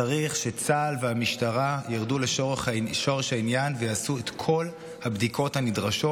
צריך שצה"ל והמשטרה ירדו לשורש העניין ויעשו את כל הבדיקות הנדרשות.